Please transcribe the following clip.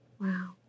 Wow